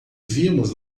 vimos